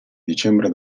dicembre